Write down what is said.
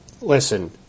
listen